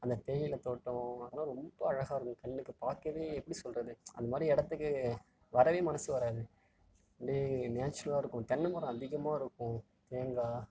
அந்த தேயிலை தோட்டம் அதலாம் ரொம்ப அழகாக இருக்கும் கண்ணுக்குப் பார்க்கவே எப்படி சொல்கிறது அந்த மாதிரி இடத்துக்கு வரவே மனது வராது அப்படியே நேச்சுரலாக இருக்கும் தென்னை மரம் அதிகமாக இருக்கும் தேங்காய்